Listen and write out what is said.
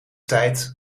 tijd